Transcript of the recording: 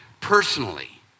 personally